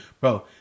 Bro